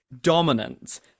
dominant